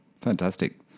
fantastic